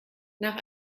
nach